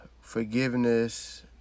forgiveness